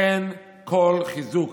אין כל חיזוק